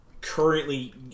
currently